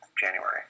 January